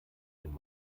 den